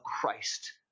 Christ